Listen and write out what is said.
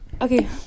Okay